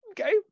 okay